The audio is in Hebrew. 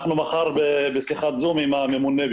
אנחנו מחר בשיחת זום ביחד עם הממונה.